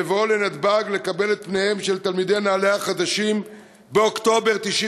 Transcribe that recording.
בבואו לנתב"ג לקבל את פניהם של תלמידי נעל"ה החדשים באוקטובר 1993: